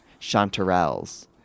chanterelles